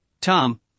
Tom